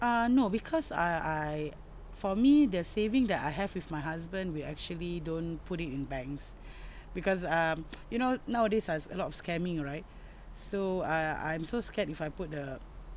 uh no because I I for me the saving that I have with my husband we actually don't put it in banks because um you know nowadays uh a lot of scamming right so I I'm so scared if I put the